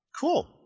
cool